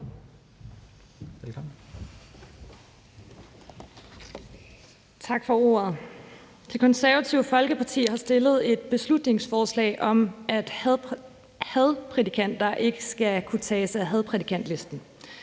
Tak for ordet. Det Konservative Folkeparti har fremsat et beslutningsforslag om, at hadprædikanter ikke skal kunne tages af hadprædikantlisten.